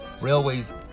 railways